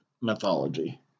mythology